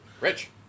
Rich